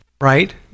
right